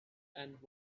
and